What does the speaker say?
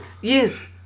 Yes